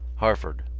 harford.